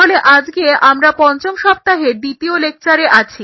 তাহলে আজকে আমরা পঞ্চম সপ্তাহের দ্বিতীয় লেকচারে আছি